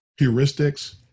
heuristics